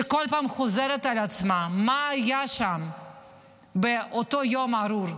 כל פעם חוזר על עצמו: מה היה שם באותו יום ארור?